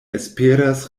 esperas